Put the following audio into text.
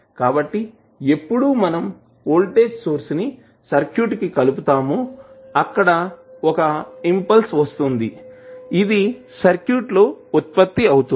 కాబట్టి ఎప్పుడు మనం వోల్టేజ్ సోర్స్ ని సర్క్యూట్ కి కలుపుతామో అక్కడ ఒక ఇంపల్స్ వస్తుంది ఇది సర్క్యూట్లో ఉత్పత్తి అవుతుంది